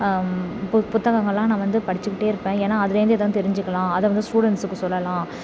பு புத்தகங்களெலான் நான் வந்து படிச்சுகிட்டே இருப்பேன் ஏனால் அதுலேருந்து எதுவும் தெரிஞ்சுக்கலாம் அதை வந்து ஸ்டூடெண்ட்ஸ்க்கு சொல்லலாம்